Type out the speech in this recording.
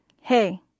Hey